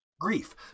Grief